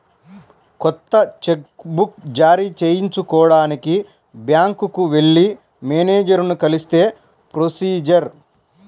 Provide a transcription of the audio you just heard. కొత్త cheque book జారీ చేయించుకోడానికి బ్యాంకుకి వెళ్లి మేనేజరుని కలిస్తే ప్రొసీజర్